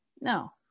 no